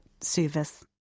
service